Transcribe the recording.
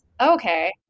Okay